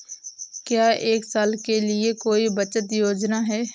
क्या एक साल के लिए कोई बचत योजना है?